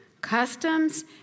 customs